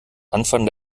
anfang